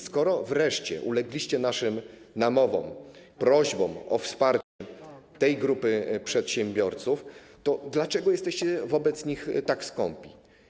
Skoro wreszcie ulegliście naszym namowom, prośbom o wsparcie tej grupy przedsiębiorców, to dlaczego jesteście wobec nich tak skąpi?